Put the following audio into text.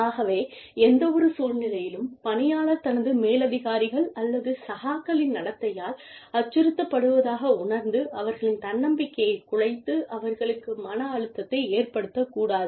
ஆகவே எந்தவொரு சூழ்நிலையிலும் பணியாளர் தனது மேலதிகாரிகள் அல்லது சகாக்களின் நடத்தையால் அச்சுறுத்தப்படுவதாக உணர்ந்து அவர்களின் தன்னம்பிக்கையைக் குலைத்து அவர்களுக்கு மன அழுத்தத்தை ஏற்படுத்தக்கூடாது